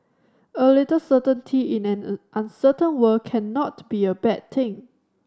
a little certainty in an an uncertain world cannot be a bad thing